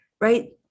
right